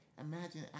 Imagine